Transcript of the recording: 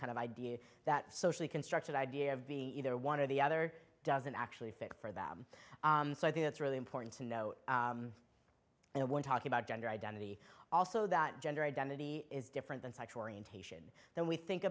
kind of idea that socially constructed idea of being either one or the other doesn't actually fit for them so i think it's really important to know when talking about gender identity also that gender identity is different than sexual orientation then we think